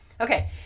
Okay